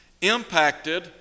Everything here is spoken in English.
impacted